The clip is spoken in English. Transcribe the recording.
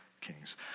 kings